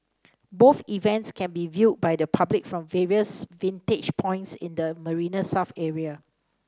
both events can be viewed by the public from various vantage points in the Marina South area